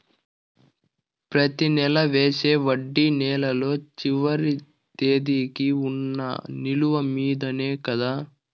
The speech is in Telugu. ప్రతి నెల వేసే వడ్డీ నెలలో చివరి తేదీకి వున్న నిలువ మీదనే కదా?